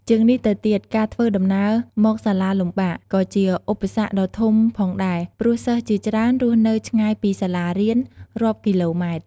ជាងនេះទៅទៀត ការធ្វើដំណើរមកសាលាលំបាក ក៏ជាឧបសគ្គដ៏ធំផងដែរ ព្រោះសិស្សជាច្រើនរស់នៅឆ្ងាយពីសាលារៀនរាប់គីឡូម៉ែត្រ។